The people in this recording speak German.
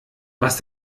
was